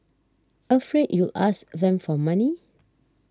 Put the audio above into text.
afraid you'll ask them for money